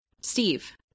Steve